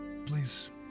Please